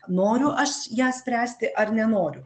noriu aš ją spręsti ar nenoriu